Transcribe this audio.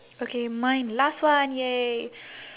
okay mine last one !yay!